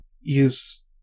use